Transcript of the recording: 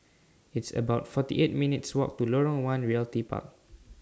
It's about forty eight minutes' Walk to Lorong one Realty Park